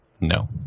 No